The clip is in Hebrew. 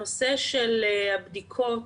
בנושא של הבדיקות,